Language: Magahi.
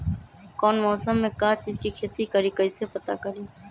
कौन मौसम में का चीज़ के खेती करी कईसे पता करी?